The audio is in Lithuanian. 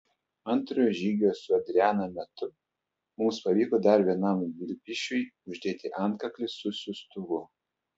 antrojo žygio su adriana metu mums pavyko dar vienam vilpišiui uždėti antkaklį su siųstuvu